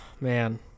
man